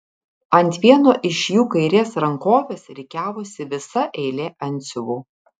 ant vieno iš jų kairės rankovės rikiavosi visa eilė antsiuvų